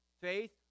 faith